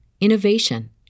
innovation